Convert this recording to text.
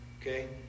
okay